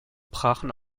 brachen